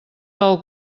del